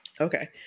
Okay